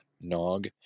Nog